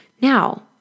Now